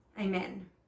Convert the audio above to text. amen